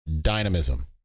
dynamism